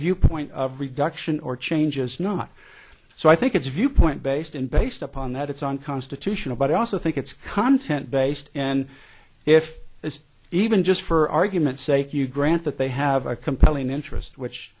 viewpoint of reduction or change is not so i think it's viewpoint based and based upon that it's unconstitutional but i also think it's content based and if it's even just for argument's sake you grant that they have a compelling interest which